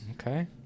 okay